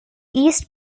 east